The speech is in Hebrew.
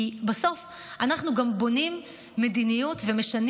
כי בסוף אנחנו גם בונים מדיניות ומשנים